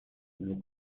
nos